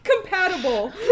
compatible